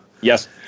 Yes